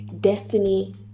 destiny